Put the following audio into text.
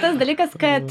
tas dalykas kad